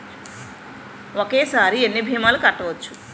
ఒక్కటేసరి ఎన్ని భీమాలు కట్టవచ్చు?